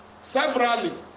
severally